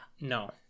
no